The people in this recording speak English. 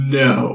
no